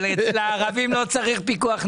אבל אצל הערבים לא צריך פיקוח נפש,